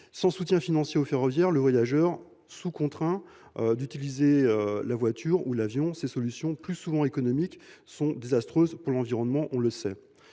Sans soutien financier au ferroviaire, les voyageurs sont contraints d’utiliser la voiture ou l’avion ; or ces solutions, souvent plus économiques, sont désastreuses pour l’environnement. La deuxième